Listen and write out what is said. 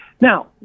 Now